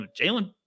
Jalen